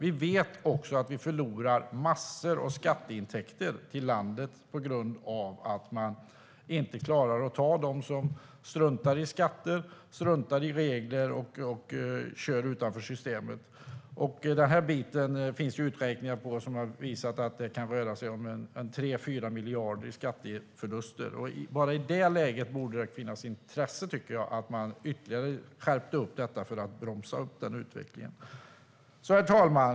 Vi vet också att vi förlorar massor av skatteintäkter på grund av att man inte klarar att ta dem som struntar i skatter och regler och kör utanför systemet. Det finns uträkningar som visar att det kan röra sig om 3-4 miljarder i skatteförluster, och det borde göra att det finns intresse för att ytterligare skärpa detta för att bromsa utvecklingen. Herr talman!